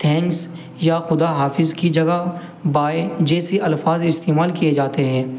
thanks یا خدا حافظ کی جگہ بائے جیسے الفاظ استعمال کیے جاتے ہیں